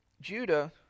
Judah